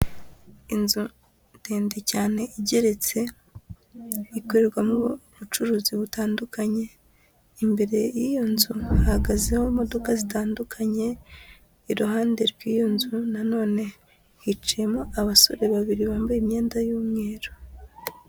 Inzu ndende cyane igeretse, ikorerwamo ubucuruzi butandukanye, imbere y'iyo nzu hahagazeho imodoka zitandukanye, iruhande rw'iyo nzu na none hicayemo abasore babiri bambaye imyenda y'umweru.